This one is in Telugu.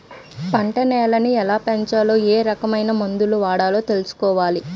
పంటసేలని ఎలాపెంచాలో ఏరకమైన మందులు వాడాలో తెలుసుకోవాలి